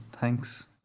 Thanks